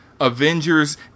Avengers